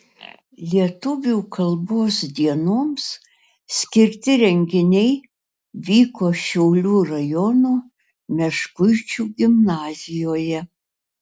lietuvių kalbos dienoms skirti renginiai vyko šiaulių rajono meškuičių gimnazijoje